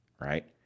right